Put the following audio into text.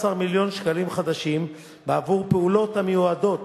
מיליון שקלים חדשים בעבור פעולות המיועדות